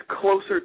closer